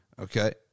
okay